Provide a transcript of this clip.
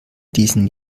diesen